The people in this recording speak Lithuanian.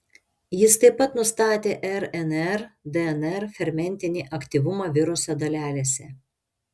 jis taip pat nustatė rnr dnr fermentinį aktyvumą viruso dalelėse